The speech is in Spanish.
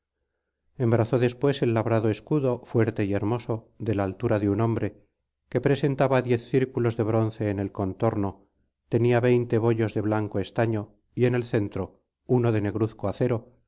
embrazó después el labrado escudo fuerte y hermoso de la altura de un hombre que presentaba diez círculos de bronce en el contorno tenía veinte bollos de blanco estaño y en el centro uno de negruzco acero